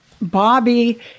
Bobby